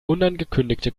unangekündigte